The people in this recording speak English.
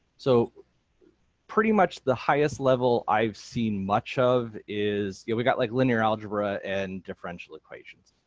so pretty much the highest level i've seen much of is, yeah we got like linear algebra and differential equations.